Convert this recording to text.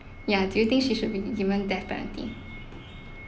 ya do you think she should be given death penalty